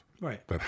Right